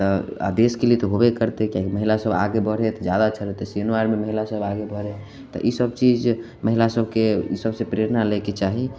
आ देशके लिए तऽ होयबे करतै किआकि महिला सब आगे बढ़ै तऽ जादा अच्छा रहतै सेनो आरमे महिला सब आगे बढ़ै तऽ इसब चीज महिला सबके ई सबसे प्रेरणा लैके चाही